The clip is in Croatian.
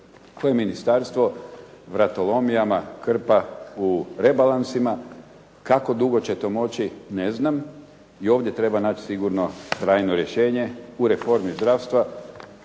koje ministarstvo vratolomijama krpa u rebalansima. Kako dugo će to moći, ne znam i ovdje treba naći sigurno trajno rješenje u reformi zdravstva